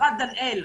חברת "דנאל".